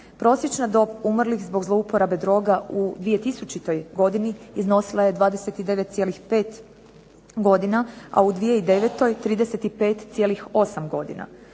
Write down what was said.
Prosječna dob umrlih zbog zlouporabe droga u 2000. godini iznosila je 29,5 godina a u 2009. 35,8 godina.